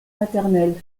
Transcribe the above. maternel